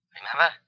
Remember